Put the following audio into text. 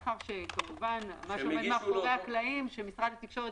מה שעומד מאחורי הקלעים הוא שמשרד התקשורת